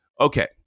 Okay